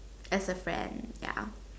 as a friend ya